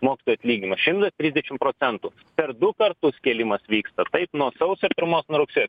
mokytojo atlyginimas šimtas trisdešim procentų per du kartus kėlimas vyksta taip nuo sausio pirmos nuo rugsėjo